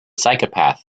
psychopath